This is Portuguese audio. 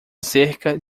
cerca